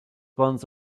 buns